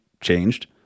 changed